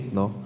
no